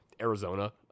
Arizona